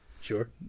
Sure